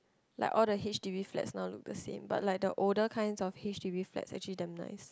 like all the h_d_b flats now look the same but like the older kinds of h_d_b flats actually damn nice